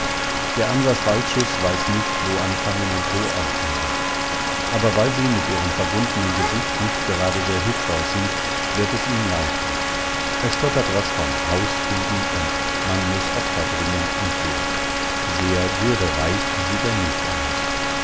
der ansas balczus weiß nicht wo anfangen und wo aufhören aber weil sie mit ihrem verbundenen gesicht nicht gerade sehr hübsch aussieht wird es ihm leichter er stottert was von hausfrieden und man muß opfer bringen und so sehr würdereich sieht er nicht aus